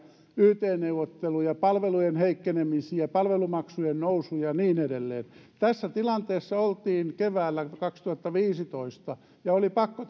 yt neuvotteluja palvelujen heikkenemisiä palvelumaksujen nousuja ja niin edelleen tässä tilanteessa oltiin keväällä kaksituhattaviisitoista ja oli pakko